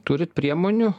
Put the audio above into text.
turit priemonių